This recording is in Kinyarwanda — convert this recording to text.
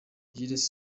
jules